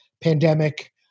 pandemic